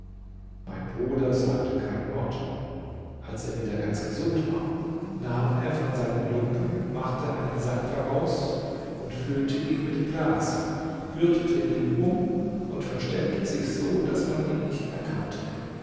mein bruder sagte kein wort als er wieder ganz gesund war nahm er von seinen lumpen machte einen sack daraus und füllte ihn mit glas gürtete ihn um und verstellte sich so daß man ihn nicht erkannte